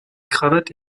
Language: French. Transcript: cravate